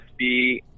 USB